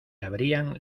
abrían